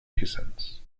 reasons